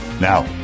Now